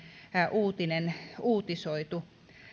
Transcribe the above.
uutinen uutisoitu